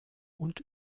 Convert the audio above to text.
und